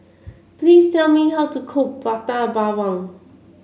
please tell me how to cook Prata Bawang